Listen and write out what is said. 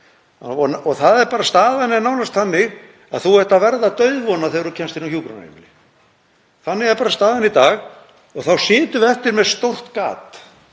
Og staðan er nánast þannig að þú ert að verða dauðvona þegar þú kemst inn á hjúkrunarheimili. Þannig er staðan í dag og þá sitjum við eftir með stórt gat,